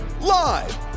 live